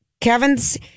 Kevin's